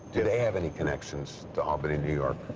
do they have any connections to albany, new york?